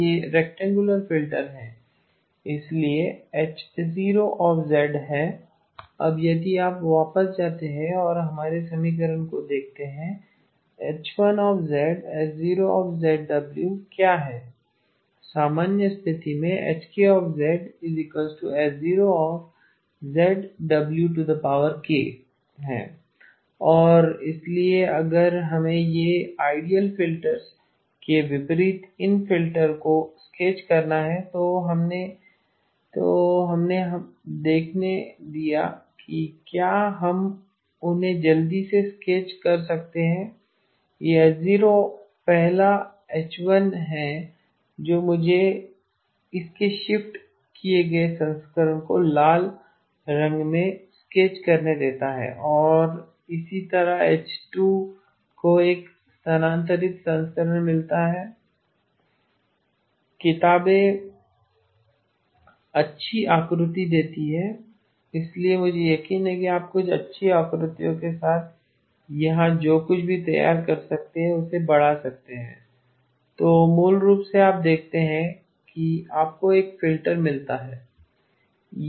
यह rectangular filter है इसलिए यह H0 है अब यदि आप वापस जाते हैं और हमारे समीकरण को देखते हैं कि H1H0 क्या है सामान्य स्थिति में Hk H0 और इसलिए अगर हमें अब आइडियल फिल्टर्स के विपरीत इन फिल्टर को स्केच करना है जो हमने हमें देखने दिया था कि क्या हम उन्हें जल्दी से स्केच कर सकते हैं यह H0 पहला H1 है जो मुझे इसके शिफ्ट किए गए संस्करण को लाल रंग में स्केच करने देता है और इसी तरह H2 को एक और स्थानांतरित संस्करण मिलता है किताबें अच्छी आकृति देती हैं इसलिए मुझे यकीन है कि आप कुछ अच्छे आकृतियों के साथ यहां जो कुछ भी तैयार कर सकते हैं उसे बढ़ा सकते हैं तो मूल रूप से आप देखते हैं कि आपको एक फिल्टर मिलता है